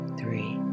three